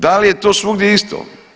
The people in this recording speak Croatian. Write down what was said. Da li je to svugdje isto?